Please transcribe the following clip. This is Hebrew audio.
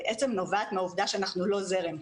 בעצם נובעת מהעובדה שאנחנו לא זרם.